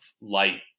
light